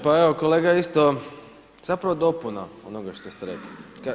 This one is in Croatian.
Pa evo kolega isto, zapravo dopuna onoga što ste rekli.